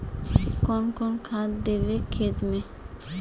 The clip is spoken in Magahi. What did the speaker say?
कौन कौन खाद देवे खेत में?